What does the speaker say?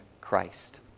Christ